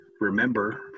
remember